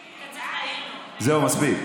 זהו, מספיק.